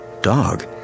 dog